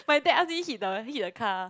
my dad ask me hit the hit the car